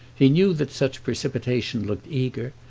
he knew that such precipitation looked eager,